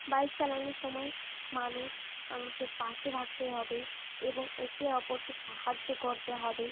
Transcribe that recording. bike চালানোর সময় মানুষ মানুষের পাশে থাকতে হবে এবং একে অপরকে সাহায্য করতে হবে